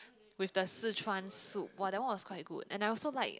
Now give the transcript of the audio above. with the Si-chuan soup !wah! that one was quite good and I also like